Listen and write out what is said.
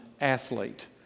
athlete